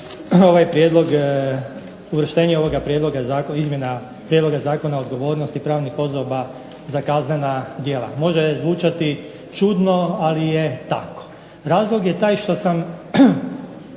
prijedloga zakona, izmjena, prijedloga Zakona o odgovornosti pravnih osoba za kaznena djela. Može zvučati čudno, ali je tako. Razlog je taj što sam